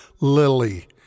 Lily